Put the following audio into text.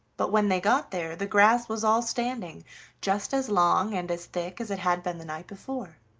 but when they got there the grass was all standing just as long and as thick as it had been the night before.